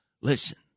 Listen